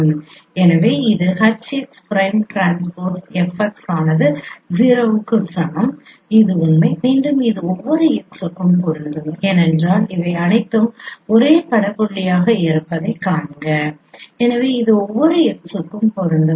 எனவே இது H x prime transpose F x ஆனது 0 க்கு சமம் இது உண்மை மீண்டும் இது ஒவ்வொரு x க்கும் பொருந்தும் ஏனென்றால் இவை அனைத்தும் ஒரே பட புள்ளிகளாக இருப்பதைக் காண்க எனவே இது ஒவ்வொரு x க்கும் பொருந்தும்